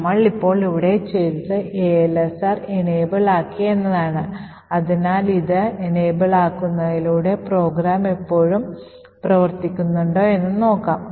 നമ്മൾ ഇപ്പോൾ ഇവിടെ ചെയ്തത് ASLR പ്രാപ്തമാക്കി എന്നതാണ് അതിനാൽ ഇത് പ്രാപ്തമാക്കുന്നതിലൂടെ പ്രോഗ്രാം ഇപ്പോഴും പ്രവർത്തിക്കുന്നുണ്ടോ എന്ന് നോക്കാം